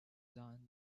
done